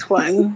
one